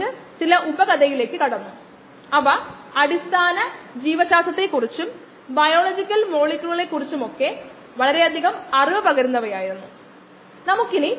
substrate ഉൽപന്ന സാന്ദ്രത spectroscopy എന്നിവയ്ക്കായി പലതരം സ്പെക്ട്രോസ്കോപ്പികൾ ഉപയോഗിക്കാം നമുക്ക് സാധാരണയായി അറിയാവുന്ന അബ്സോർബൻസ് സ്പെക്ട്രോസ്കോപ്പി ആ തന്മാത്രയ്ക്ക് പ്രത്യേകമായ ഒരു തരംഗദൈർഘ്യത്തിലെ ആഗിരണം അളക്കാൻ ഉപയോഗിക്കുന്നു